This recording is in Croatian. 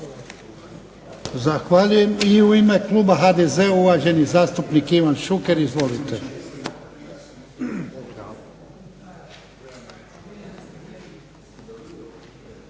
Zahvaljujem. I u ime kluba HDZ-a uvaženi zastupnik Ivan Šuker. Izvolite.